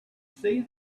see